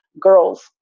girls